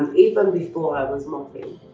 even before i was modeling.